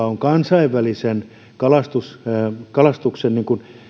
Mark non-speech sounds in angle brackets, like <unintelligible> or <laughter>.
<unintelligible> on kansainvälisen kalastuksen